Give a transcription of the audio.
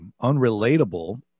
unrelatable